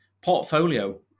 portfolio